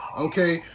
Okay